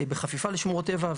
בחפיפה לשמורות הטבע,